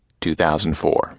2004